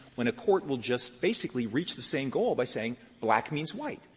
when a court will just basically reach the same goal by saying black means white.